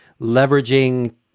leveraging